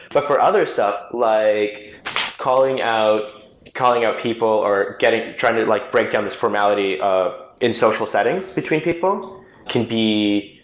but for other stuff like calling out calling out people or trying to like break down this formality of in social settings between people can be